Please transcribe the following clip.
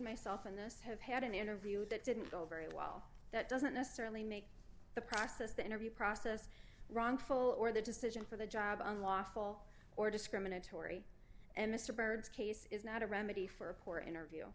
myself in this have had an interview that didn't go very well that doesn't necessarily make the process the interview process wrongful or the decision for the job unlawful or discriminatory and mr byrd's case is not a remedy for a poor interview